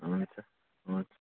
हुन्छ हुन्छ